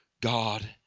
God